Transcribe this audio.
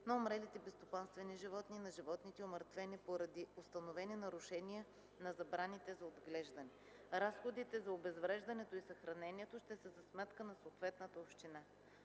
на умрелите безстопанствени животни и на животните, умъртвени поради установени нарушения на забраните за отглеждане. Разходите за обезвреждането и съхранението ще са за сметка на съответната община.